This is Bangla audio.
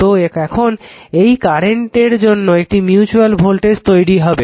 তো এখন এই কারেন্টের জন্য একটি মিউচুয়াল ভোল্টেজ তৈরি হবে